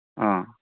ꯑ